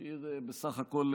שיר מוכר בסך הכול,